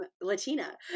Latina